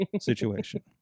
situation